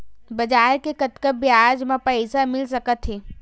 बजार ले कतका ब्याज म पईसा मिल सकत हे?